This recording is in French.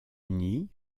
uni